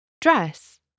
dress